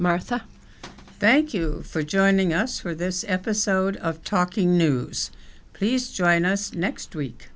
martha thank you for joining us for this episode of talking news these join us next week